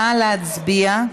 נא להצביע.